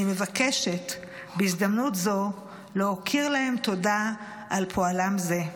אני מבקשת בהזדמנות זו להכיר להם תודה על פועלם זה.